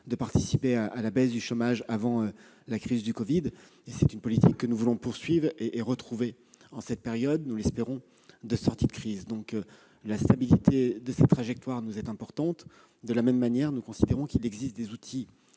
de participer à la baisse du chômage, avant la crise du covid. C'est une politique que nous voulons poursuivre en cette période de sortie- espérons-le -de crise. La stabilité de cette trajectoire est importante pour nous. De la même manière, nous considérons qu'il existe des outils